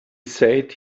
said